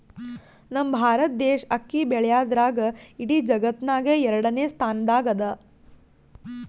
ನಮ್ ಭಾರತ್ ದೇಶ್ ಅಕ್ಕಿ ಬೆಳ್ಯಾದ್ರ್ದಾಗ್ ಇಡೀ ಜಗತ್ತ್ನಾಗೆ ಎರಡನೇ ಸ್ತಾನ್ದಾಗ್ ಅದಾ